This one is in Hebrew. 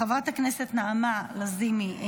חברת הכנסת נעמה לזימי,